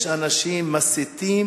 יש אנשים שמסיתים